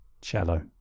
Cello